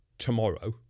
tomorrow